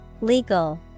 Legal